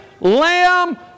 lamb